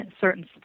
certain